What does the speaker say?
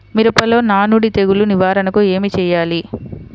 మిరపలో నానుడి తెగులు నివారణకు ఏమి చేయాలి?